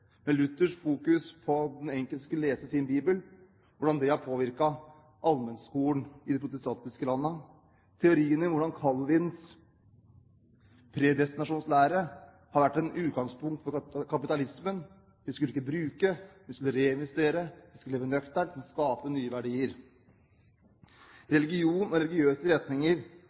fokus på at den enkelte skulle lese sin bibel, har påvirket allmennskolen i de protestantiske landene, og hvordan teorien om Calvins predestinasjonslære har vært et utgangspunkt for kapitalismen: Vi skulle ikke bruke, vi skulle reinvestere, vi skulle leve nøkternt og skape nye verdier. Religion og religiøse retninger